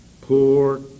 poor